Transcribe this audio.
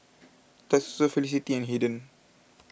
Tatsuo Felicity and Haden